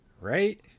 right